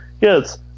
yes